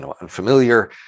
unfamiliar